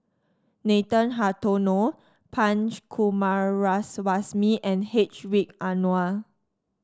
Nathan Hartono Punch Coomaraswamy and Hedwig Anuar